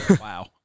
wow